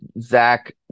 zach